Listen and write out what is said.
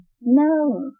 No